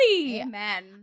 Amen